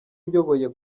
uyoboye